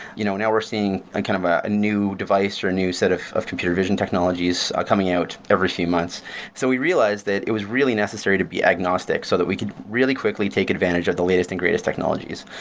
you know now we're seeing kind of ah a new device or a new set of of computer vision technologies coming out every few months so we realized that it was really necessary to be agnostic, so that we could really quickly take advantage of the latest and greatest technologies.